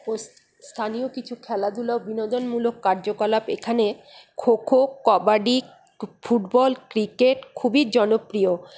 স্থানীয় কিছু খেলাধুলো বিনোদনমূলক কার্যকলাপ এখানে খো খো কবাডি ফুটবল ক্রিকেট খুবই জনপ্রিয়